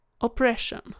oppression